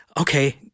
okay